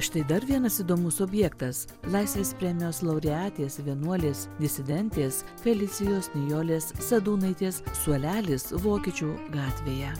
štai dar vienas įdomus objektas laisvės premijos laureatės vienuolės disidentės felicijos nijolės sadūnaitės suolelis vokiečių gatvėje